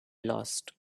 lost